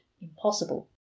impossible